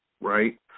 right